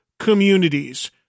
Communities